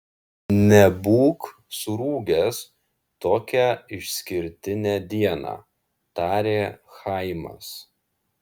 nebūk surūgęs tokią išskirtinę dieną tarė chaimas